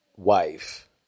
wife